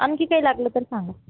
आणखी काही लागलं तर सांगा